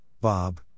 Bob